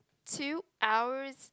two hours